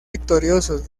victoriosos